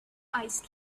ice